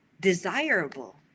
desirable